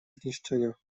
zniszczenia